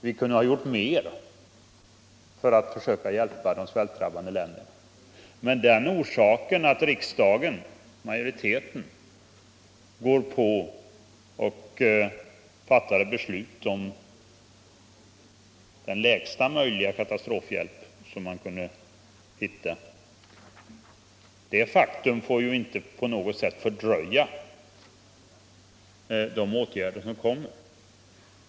Vi kunde ha gjort mera för att försöka hjälpa de svältdrabbade länderna. Men det faktum att majoriteten i riksdagen fattar beslut om den minsta möjliga katastrofhjälpen får ju inte på något sätt fördröja de åtgärder som vidtas.